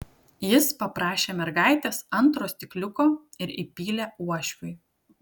jis paprašė mergaitės antro stikliuko ir įpylė uošviui